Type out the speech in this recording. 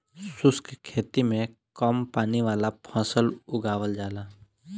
शुष्क खेती में कम पानी वाला फसल उगावल जाला